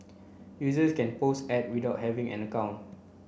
users can post ads without having an account